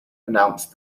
announced